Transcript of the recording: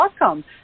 welcome